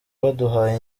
baduhaye